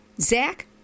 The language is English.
Zach